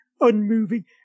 unmoving